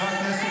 תודה רבה.